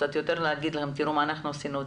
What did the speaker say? קצת יותר להגיד תראו מה עשינו,